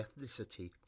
ethnicity